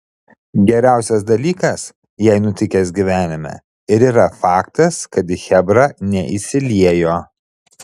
geriausias dalykas jai nutikęs gyvenime ir yra faktas kad į chebrą neįsiliejo